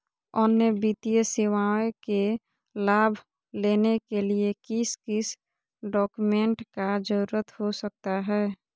अन्य वित्तीय सेवाओं के लाभ लेने के लिए किस किस डॉक्यूमेंट का जरूरत हो सकता है?